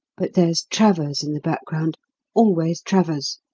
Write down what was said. but there's travers in the background always travers.